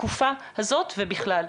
בתקופה הזאת ובכלל.